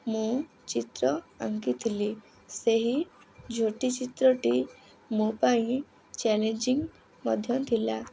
ମୁଁ ଚିତ୍ର ଆଙ୍କିଥିଲି ସେହି ଝୋଟି ଚିତ୍ରଟି ମୋ ପାଇଁ ଚ୍ୟାଲେଞ୍ଜିଙ୍ଗ୍ ମଧ୍ୟ ଥିଲା